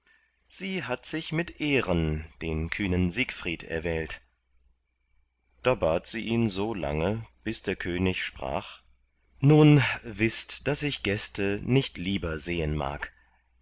sie hat sich mit ehren den kühnen siegfried erwählt da bat sie ihn so lange bis der könig sprach nun wißt daß ich gäste nicht lieber sehen mag